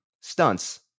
stunts